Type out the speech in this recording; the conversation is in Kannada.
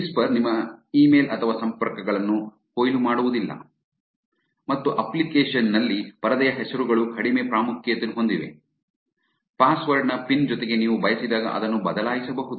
ವಿಸ್ಪರ್ ನಿಮ್ಮ ಇಮೇಲ್ ಅಥವಾ ಸಂಪರ್ಕಗಳನ್ನು ಕೊಯ್ಲು ಮಾಡುವುದಿಲ್ಲ ಮತ್ತು ಅಪ್ಲಿಕೇಶನ್ ನಲ್ಲಿ ಪರದೆಯ ಹೆಸರುಗಳು ಕಡಿಮೆ ಪ್ರಾಮುಖ್ಯತೆಯನ್ನು ಹೊಂದಿವೆ ಪಾಸ್ವರ್ಡ್ ನ ಪಿನ್ ಜೊತೆಗೆ ನೀವು ಬಯಸಿದಾಗ ಅದನ್ನು ಬದಲಾಯಿಸಬಹುದು